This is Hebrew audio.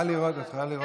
טלי,